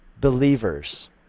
believers